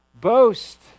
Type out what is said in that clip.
boast